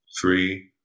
three